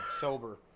Sober